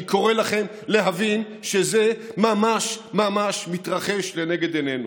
אני קורא לכם להבין שזה ממש ממש מתרחש לנגד עינינו.